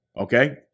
okay